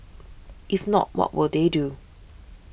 if not what will they do